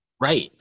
right